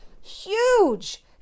huge